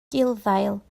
gulddail